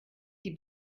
die